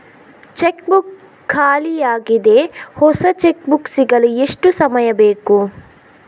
Check book ಖಾಲಿ ಯಾಗಿದೆ, ಹೊಸ ಚೆಕ್ ಬುಕ್ ಸಿಗಲು ಎಷ್ಟು ಸಮಯ ಬೇಕು?